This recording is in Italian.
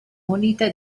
munita